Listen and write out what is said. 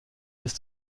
des